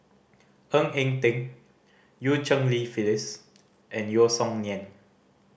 Ng Eng Teng Eu Cheng Li Phyllis and Yeo Song Nian